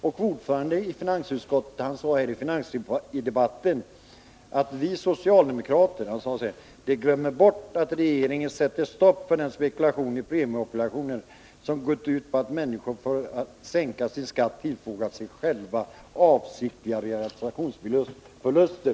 Ordföranden i finansutskottet sade i finansdebatten att man glömmer bort att regeringen sätter stopp för den spekulation i premieobligationer som gått ut på att människor genom att sänka sin skatt tillfogat sig själva avsiktliga realisationsförluster.